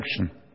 action